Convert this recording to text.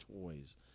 toys